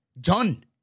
done